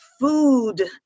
food